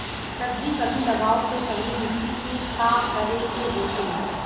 सब्जी कभी लगाओ से पहले मिट्टी के का करे के होखे ला?